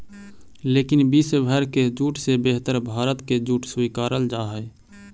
लेकिन विश्व भर के जूट से बेहतर भारत के जूट स्वीकारल जा हइ